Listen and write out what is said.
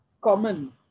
common